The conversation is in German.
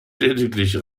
lediglich